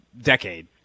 decade